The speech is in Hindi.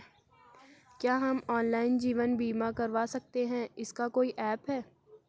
क्या हम ऑनलाइन जीवन बीमा करवा सकते हैं इसका कोई ऐप है?